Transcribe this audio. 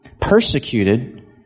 persecuted